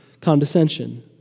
condescension